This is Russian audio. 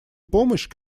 помощь